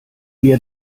wir